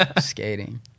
Skating